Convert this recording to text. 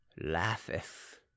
laugheth